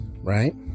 right